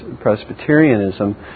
Presbyterianism